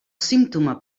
símptoma